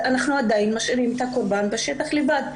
אנחנו משאירים את הקורבן בשטח לבד.